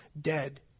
dead